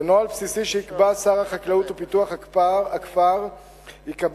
בנוהל בסיסי שיקבע שר החקלאות ופיתוח הכפר ייקבע